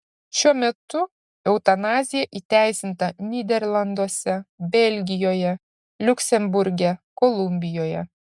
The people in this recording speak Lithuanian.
šiuo metu eutanazija įteisinta nyderlanduose belgijoje liuksemburge kolumbijoje